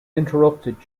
interrupted